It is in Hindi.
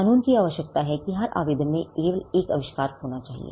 कानून की आवश्यकता है कि हर आवेदन में केवल एक आविष्कार होना चाहिए